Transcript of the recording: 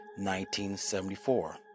1974